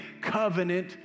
covenant